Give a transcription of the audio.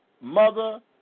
Mother